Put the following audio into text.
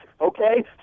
okay